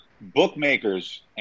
bookmakers